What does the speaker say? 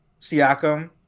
siakam